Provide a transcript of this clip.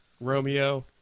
Romeo